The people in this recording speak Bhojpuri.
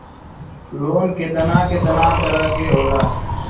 लोन केतना केतना तरह के होला?